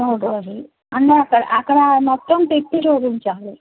మూడు రోజులు అందరు అక్కడ అక్కడ మొత్తం తిప్పి చూపించాలి